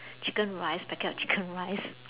chicken rice packet of chicken rice